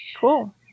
cool